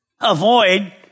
Avoid